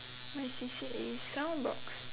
my C_C_A is soundbox